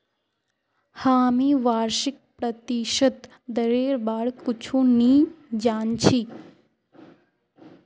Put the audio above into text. हामी वार्षिक प्रतिशत दरेर बार कुछु नी जान छि